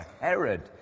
Herod